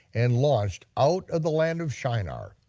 and washed out of the land of shinar,